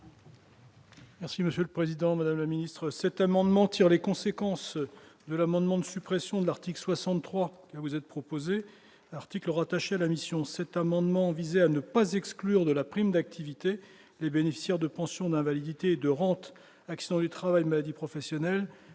Merci Monsieur le Président, Madame la ministre, cet amendement tire les conséquences de l'amendement de suppression de l'article 63 vous êtes proposé article rattaché à la mission cet amendement visait à ne pas exclure de la prime d'activité, les bénéficiaires de pensions d'invalidité de rentes accidents du travail, maladies professionnelles,